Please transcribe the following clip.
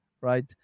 right